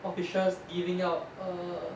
officials giving out err